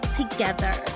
together